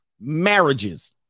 marriages